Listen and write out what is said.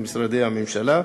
במשרדי הממשלה.